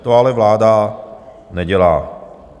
To ale vláda nedělá.